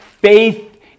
Faith